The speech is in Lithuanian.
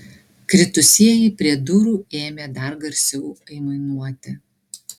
kritusieji prie durų ėmė dar garsiau aimanuoti